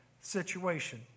situation